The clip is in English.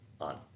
on